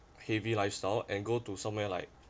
heavy lifestyle and go to somewhere like